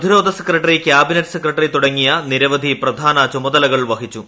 പ്രതിരോധ secretary cabinet secretary തുടങ്ങിയ പ്രധാന ചുമതലകൾ വഹിച്ചു